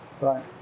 right